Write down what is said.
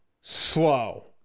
slow